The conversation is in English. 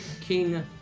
King